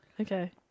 Okay